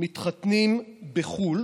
מתחתנים בחו"ל